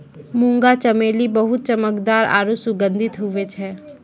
मुंगा चमेली बहुत चमकदार आरु सुगंधित हुवै छै